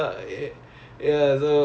!aiya! okay I see